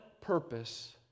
purpose